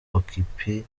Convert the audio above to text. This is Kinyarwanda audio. okapi